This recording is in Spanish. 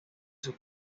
sus